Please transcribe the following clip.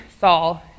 Saul